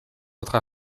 votre